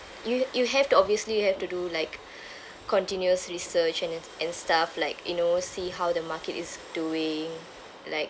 you you have to obviously you have to do like continuous research and then and stuff like you know see how the market is doing like